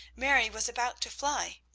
mary was about to fly.